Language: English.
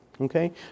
Okay